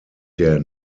der